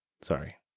Sorry